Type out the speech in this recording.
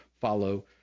follow